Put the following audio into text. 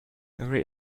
every